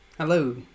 hello